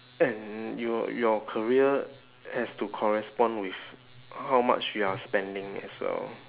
and your your career has to correspond with how much you are spending as well